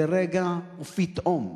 לרגע, ופתאום,